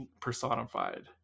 personified